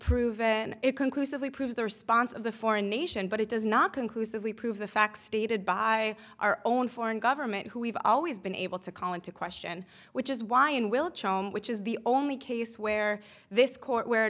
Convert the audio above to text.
proven it conclusively proves the response of the foreign nation but it does not conclusively prove the facts stated by our own foreign government who we've always been able to call into question which is why in wiltshire which is the only case where this court where